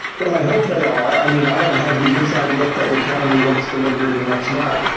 well, i hope they are. i mean, i don't have the inside look that would tell me what's deliberate and what's not,